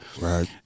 Right